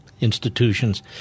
institutions